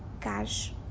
cash